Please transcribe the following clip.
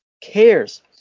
cares